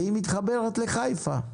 והיא מתחברת לחיפה.